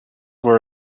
were